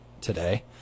today